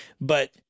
But-